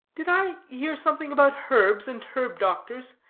did i hear something about herbs and herb-doctors?